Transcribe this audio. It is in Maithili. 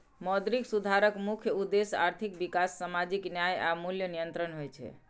मौद्रिक सुधारक मुख्य उद्देश्य आर्थिक विकास, सामाजिक न्याय आ मूल्य नियंत्रण होइ छै